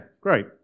great